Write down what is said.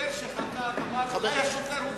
חוקר שחקר אמר: אולי השוטר הוא דיסלקטי בכלל.